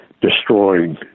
destroying